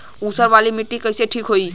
ऊसर वाली मिट्टी कईसे ठीक होई?